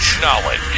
knowledge